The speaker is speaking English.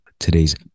Today's